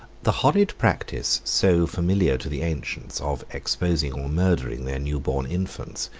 the horrid practice, so familiar to the ancients, of exposing or murdering their new-born infants,